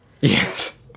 Yes